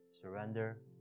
surrender